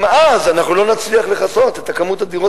גם אז אנחנו לא נצליח לכסות את כמות הדירות